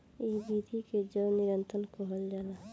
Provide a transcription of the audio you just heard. इ विधि के जैव नियंत्रण कहल जाला